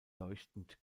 leuchtend